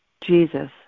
Jesus